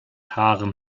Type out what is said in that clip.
haaren